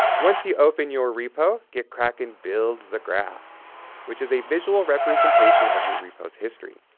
once you open your repo, gitkraken builds the graph which is a visual representation of your repo's history.